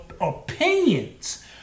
opinions